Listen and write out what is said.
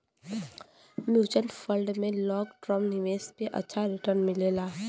mutual fund में long term निवेश पे अच्छा रीटर्न मिलला